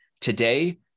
today